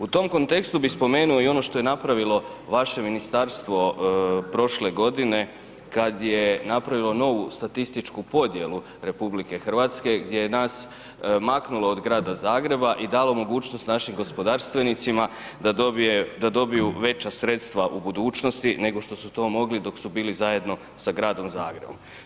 U tom kontekstu bi spomenuo i ono što je napravilo vaše ministarstvo prošle godine kad je napravilo novu statističku podjelu RH gdje je nas maknulo od Grada Zagreba i dalo mogućnost našim gospodarstvenicima da dobije, da dobiju veća sredstava u budućnosti nego što to su to mogli dok su bili zajedno sa Gradom Zagrebom.